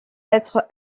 être